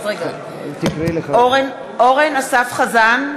(קוראת בשמות חברי הכנסת) אורן אסף חזן,